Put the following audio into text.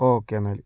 okay എന്നാല്